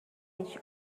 each